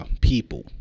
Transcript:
people